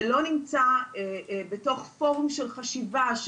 ולא נמצא בתוך פורום של חשיבה,